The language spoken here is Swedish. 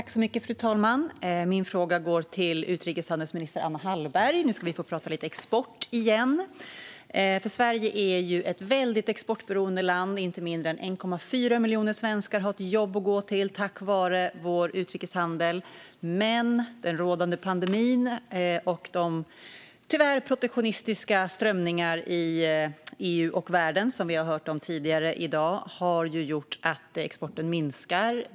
Fru talman! Min fråga går till utrikeshandelsminister Anna Hallberg, och nu ska vi tala lite om export igen. Sverige är ett mycket exportberoende land. Inte mindre än 1,4 miljoner svenskar har ett jobb att gå till tack vare vår utrikeshandel. Men den rådande pandemin och de tyvärr protektionistiska strömningarna i EU och världen som vi har hört om tidigare i dag har gjort att exporten minskar.